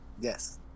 Yes